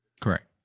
Correct